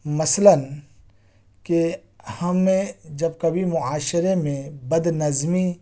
مثلاً کہ ہمیں جب کبھی معاشرے میں بدنظمی